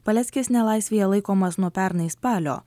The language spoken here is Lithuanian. paleckis nelaisvėje laikomas nuo pernai spalio